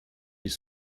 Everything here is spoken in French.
ils